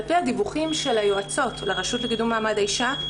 על פי הדיווחים של היועצות לרשות לקידום מעמד האישה,